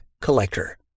collector